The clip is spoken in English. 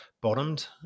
bottomed